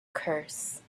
curse